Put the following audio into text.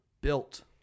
built